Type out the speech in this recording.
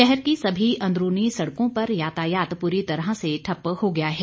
शहर की सभी अंदरूनी सड़कों पर यातायात पूरी तरह से ठप्प हो गया है